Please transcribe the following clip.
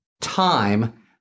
time